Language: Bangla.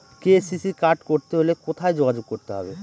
কে.সি.সি কার্ড করতে হলে কোথায় যোগাযোগ করতে হবে?